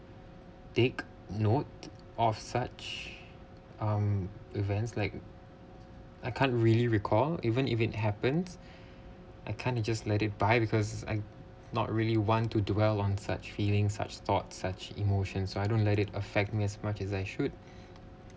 take note of such um events like I can't really recall even if it happens I kind of just let it by because I'm not really want to dwell on such feeling such thoughts such emotion so I don't let it affect me as much as I should